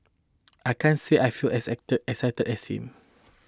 I can't say I feel as excited excited as him